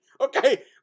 Okay